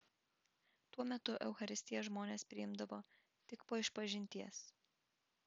tuo metu eucharistiją žmonės priimdavo tik po išpažinties